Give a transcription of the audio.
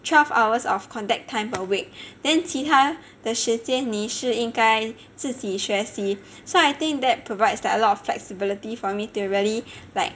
twelve hours of contact time per week then 其他的时间你是应该自己学习 so I think that provides like a lot of flexibility for me to really like